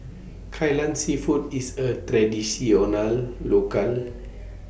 Kai Lan Seafood IS A Traditional Local